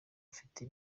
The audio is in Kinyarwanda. bufite